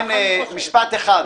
כן, משפט אחד.